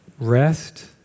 rest